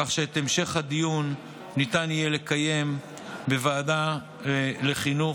כך שאת המשך הדיון ניתן יהיה לקיים בוועדת החינוך,